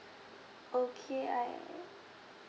okay I